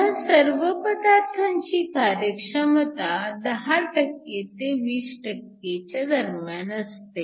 ह्या सर्व पदार्थांची कार्यक्षमता 10 ते 20 दरम्यान असते